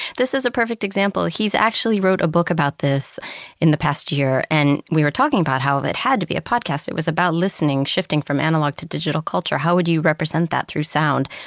this is a perfect example, he's actually wrote a book about this in the past year, and we were talking about how that had to be a podcast. it was about listening shifting from analog to digital culture. how would you represent that through sound?